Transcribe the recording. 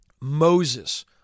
Moses